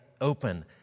open